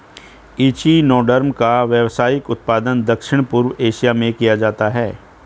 echinoderm का व्यावसायिक उत्पादन दक्षिण पूर्व एशिया में किया जाता है